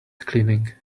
cleaning